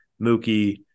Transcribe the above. Mookie